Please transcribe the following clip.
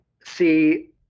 see